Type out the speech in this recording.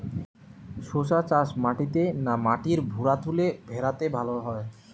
শশা চাষ মাটিতে না মাটির ভুরাতুলে ভেরাতে ভালো হয়?